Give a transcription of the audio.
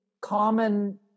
common